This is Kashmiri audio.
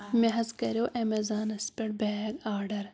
مےٚ حظ کَریو ایمازانس پٮ۪ٹھ بیگ آرڈر